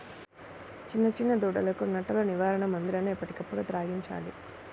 చిన్న చిన్న దూడలకు నట్టల నివారణ మందులను ఎప్పటికప్పుడు త్రాగించాలి